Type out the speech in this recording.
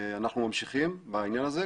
אנחנו ממשיכים בעניין הזה,